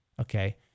okay